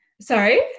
Sorry